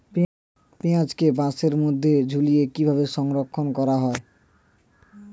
পেঁয়াজকে বাসের মধ্যে ঝুলিয়ে কিভাবে সংরক্ষণ করা হয়?